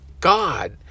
God